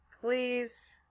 please